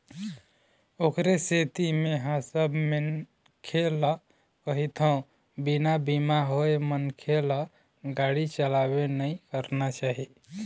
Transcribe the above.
ओखरे सेती मेंहा सब मनखे ल कहिथव बिना बीमा होय मनखे ल गाड़ी चलाबे नइ करना चाही